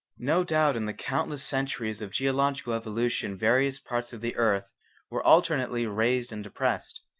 no doubt in the countless centuries of geological evolution various parts of the earth were alternately raised and depressed.